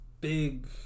big